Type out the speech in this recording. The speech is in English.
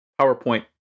PowerPoint